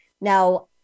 Now